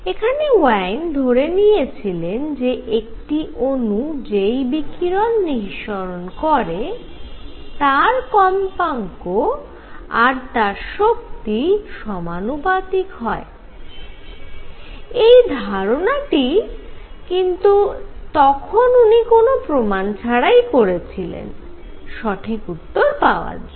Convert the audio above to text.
এখানে ওয়েইন ধরে নিয়েছিলেন যে একটি অণু যেই বিকিরণ নিঃসরণ করে তার কম্পাঙ্ক আর তার শক্তি সমানুপাতিক হয় এই ধারনাটি কিন্তু তখন উনি কোন প্রমাণ ছাড়াই করেছিলেন সঠিক উত্তর পাওয়ার জন্য